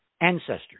ancestors